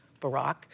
Barack